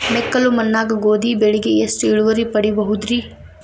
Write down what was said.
ಮೆಕ್ಕಲು ಮಣ್ಣಾಗ ಗೋಧಿ ಬೆಳಿಗೆ ಎಷ್ಟ ಇಳುವರಿ ಪಡಿಬಹುದ್ರಿ?